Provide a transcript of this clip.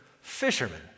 fishermen